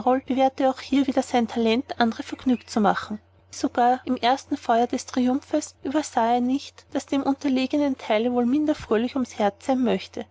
bewährte auch hier wieder sein talent andre vergnügt zu machen sogar im ersten feuer des triumphes übersah er nicht daß dem unterliegenden teile wohl minder fröhlich ums herz sein möchte